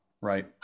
right